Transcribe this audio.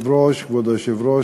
כבוד היושב-ראש,